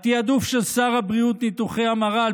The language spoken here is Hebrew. התיעדוף של שר הבריאות לניתוחי המרה על